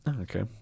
okay